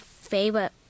favorite